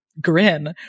grin